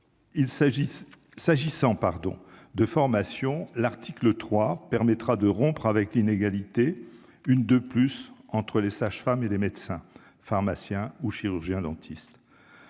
pardon, de formation, l'article 3 permettra de rompre avec l'inégalité, une de plus entre les sages-femmes et les médecins, pharmaciens ou chirurgien dentiste